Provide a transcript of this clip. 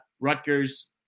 Rutgers